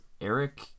Eric